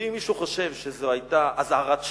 ואם מישהו חושב שזו היתה אזהרת שווא,